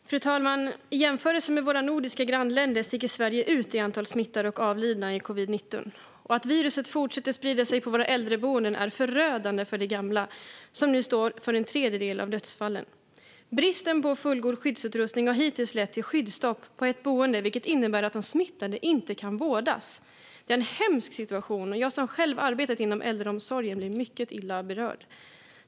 Fru talman! I jämförelse med våra nordiska grannländer sticker Sverige ut vad gäller antalet smittade och avlidna på grund av covid-19. Att viruset fortsätter att sprida sig på äldreboenden är förödande för de gamla, som nu står för en tredjedel av dödsfallen. Bristen på fullgod skyddsutrustning har hittills lett till skyddsstopp på ett boende, vilket innebar att de smittade inte kunde vårdas. Det är en hemsk situation. Jag som själv har arbetat inom äldreomsorgen blev mycket illa berörd.